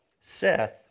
Seth